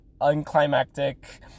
unclimactic